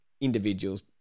individuals